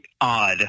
odd